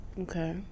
Okay